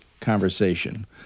conversation